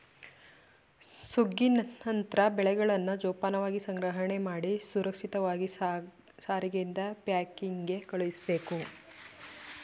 ಸುಗ್ಗಿ ನಂತ್ರ ಬೆಳೆಗಳನ್ನ ಜೋಪಾನವಾಗಿ ಸಂಗ್ರಹಣೆಮಾಡಿ ಸುರಕ್ಷಿತವಾಗಿ ಸಾರಿಗೆಯಿಂದ ಪ್ಯಾಕಿಂಗ್ಗೆ ಕಳುಸ್ಬೇಕು